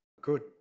Good